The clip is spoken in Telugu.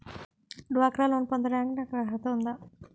డ్వాక్రా లోన్ పొందటానికి నాకు అర్హత ఉందా?